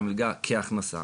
מהמלגה כהכנסה.